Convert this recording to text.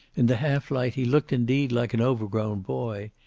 in the half-light he looked, indeed, like an overgrown boy.